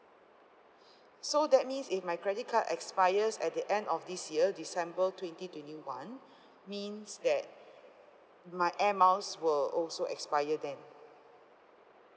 so that means if my credit card expires at the end of this year december twenty twenty one means that my air miles will also expire then